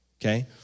okay